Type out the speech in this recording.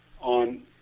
on